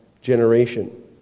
generation